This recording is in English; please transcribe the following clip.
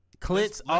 Clint's